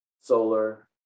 solar